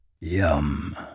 Yum